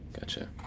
Gotcha